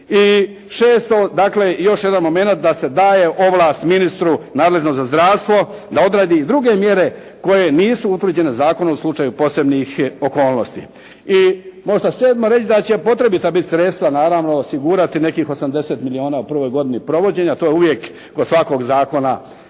I šesto, dakle i još jedan momenat da se daje ovlast ministru nadležnom za zdravstvo da odradi i druge mjere koje nisu utvrđene zakonom u slučaju posebnih okolnosti. I možda sedmo reći da će potrebita biti sredstva naravno osigurati nekih 80 milijuna u prvoj godini provođenja. To je uvijek kod svakog zakona